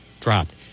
dropped